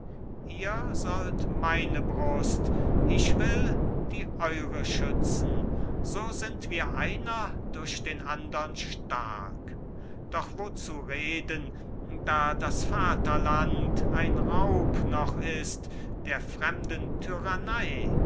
ihr sollt meine brust ich will die eure schützen so sind wir einer durch den andern stark doch wozu reden da das vaterland ein raub noch ist der fremden tyrannei